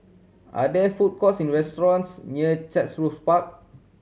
are there food courts in restaurants near Chatsworth Park